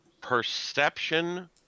perception